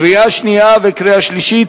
קריאה שנייה וקריאה שלישית.